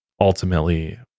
ultimately